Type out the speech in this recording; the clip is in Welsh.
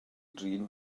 drin